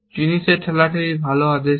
জিনিস ঠেলাঠেলি ভাল আদেশ কি